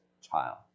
child